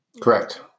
Correct